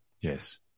Yes